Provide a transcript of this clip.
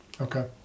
Okay